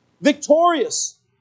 victorious